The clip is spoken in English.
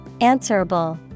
Answerable